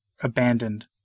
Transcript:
abandoned